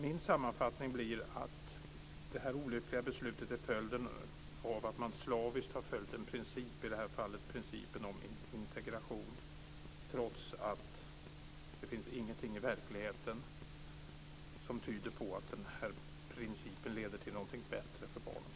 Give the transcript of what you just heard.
Min sammanfattning blir därför att det här olyckliga beslutet är konsekvensen av att man slaviskt har följt en princip, i detta fall principen om integration, trots att det i verkligheten inte finns någonting som tyder på att den principen leder till något som är bättre för barnen.